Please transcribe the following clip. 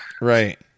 Right